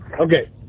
Okay